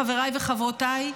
חבריי וחברותיי,